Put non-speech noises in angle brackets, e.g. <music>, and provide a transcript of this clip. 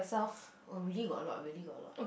<breath> oh really got a lot really got a lot